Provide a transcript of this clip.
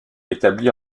établi